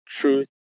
truth